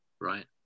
Right